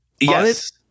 Yes